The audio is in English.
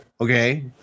Okay